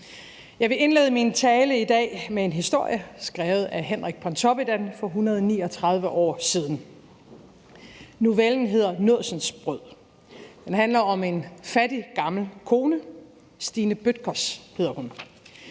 Jeg vil indlede min tale i dag med en historie skrevet af Henrik Pontoppidan for 139 år siden. Novellen hedder »Nådsensbrød«. Den handler om en fattig, gammel kone. Stine Bødkers hedder hun.